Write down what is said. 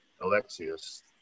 Alexius